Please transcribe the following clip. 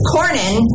Cornyn